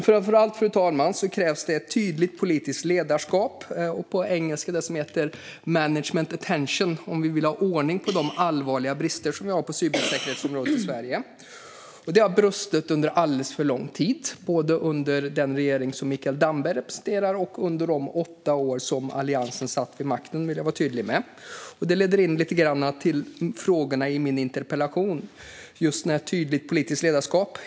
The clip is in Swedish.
Framför allt, fru talman, krävs ett tydligt politiskt ledarskap - det som på engelska heter management attention - om vi vill få ordning på de allvarliga brister som finns på området cybersäkerhet i Sverige. Det har brustit under alldeles för lång tid, både under den regering som Mikael Damberg representerar och under de åtta år som Alliansen satt vid makten - det vill jag vara tydlig med. Det leder in på frågorna i min interpellation om tydligt politiskt ledarskap.